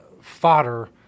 fodder